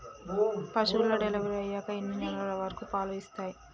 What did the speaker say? పశువులు డెలివరీ అయ్యాక ఎన్ని నెలల వరకు పాలు ఇస్తాయి?